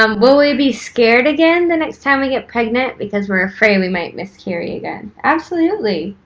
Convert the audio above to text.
um will we be scared again the next time we get pregnant because we're afraid we might miscarry again? absolutely.